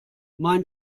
mein